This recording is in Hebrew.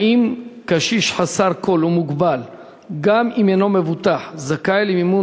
2. האם קשיש חסר כול ומוגבל זכאי למימון